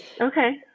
okay